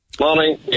morning